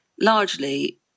largely